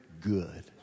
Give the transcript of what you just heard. good